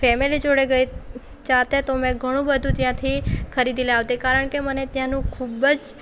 family જોડે ગઈ જાતે તો મેં ઘણું બધું ત્યાંથી ખરીદી લાવતે કારણ કે મને ત્યાંનું ખૂબ જ